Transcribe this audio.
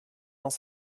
dans